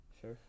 Sure